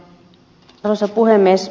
arvoisa puhemies